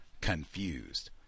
confused